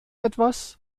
etwas